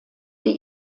die